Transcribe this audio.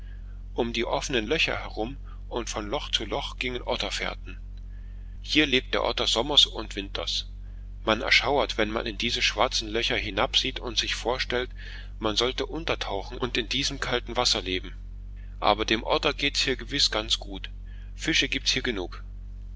um die offenen löcher herum und von loch zu loch gingen otterfährten hier lebt der otter sommers und winters man erschauert wenn man in diese schwarzen löcher hinabsieht und sich vorstellt man sollte untertauchen und in diesem kalten wasser leben aber dem otter geht es gewiß ganz gut fische gibt's hier genug